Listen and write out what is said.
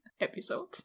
episode